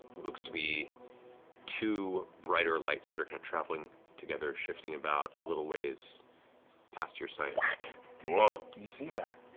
looks to be two brighter lights that are kind of traveling together, shifting about a little ways past your sight. like liam um do you see that?